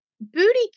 booty